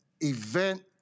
event